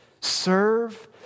serve